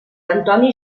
antoni